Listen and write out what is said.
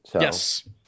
Yes